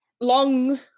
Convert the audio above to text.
long